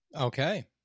Okay